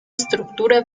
estructura